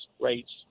rates